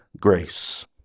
grace